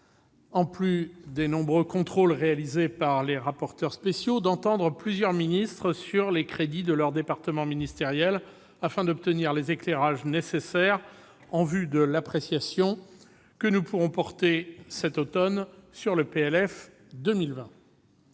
en plus des nombreux contrôles réalisés par les rapporteurs spéciaux, d'entendre plusieurs ministres sur les crédits de leur département ministériel, afin d'obtenir les éclairages nécessaires en vue de l'appréciation que nous pourrons porter, cet automne, sur le projet